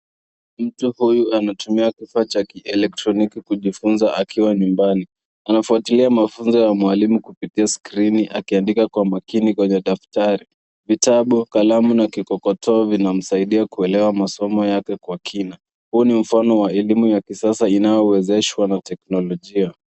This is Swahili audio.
Mtu huyu anatumia kifaa cha kieletroniki kujifunza akiwa nyumbani. Anafuatilia mafunzo ya mwalimu kupitia skrini akiandika kwa makini kwenye daftari. Vitabu, kalamu na kikokotoo vinamsaidia kuelewa masomo yake kwa kina. Huu ni mfano wa elimu ya kisasa inayowezeshwa na teknolojia.